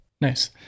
Nice